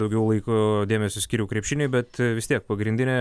daugiau laiko dėmesio skyriau krepšiniui bet vis tiek pagrindinė